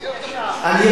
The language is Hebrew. תהיה יותר מקורי.